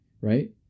right